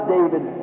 David